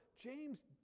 James